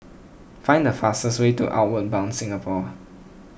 find the fastest way to Outward Bound Singapore